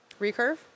recurve